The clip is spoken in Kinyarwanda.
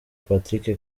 patrick